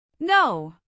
No